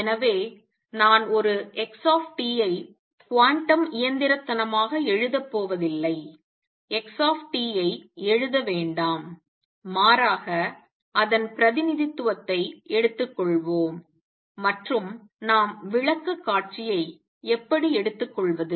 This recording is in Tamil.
எனவே நான் ஒரு x ஐ குவாண்டம் இயந்திரத்தனமாக எழுத போவதில்லை x ஐ எழுத வேண்டாம் மாறாக அதன் பிரதிநிதித்துவத்தை எடுத்துக்கொள்வோம் மற்றும் நாம் விளக்கக்காட்சியை எப்படி எடுத்துக்கொள்வது